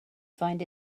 find